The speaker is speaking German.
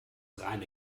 reine